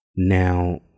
Now